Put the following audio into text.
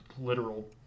literal